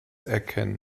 erkennen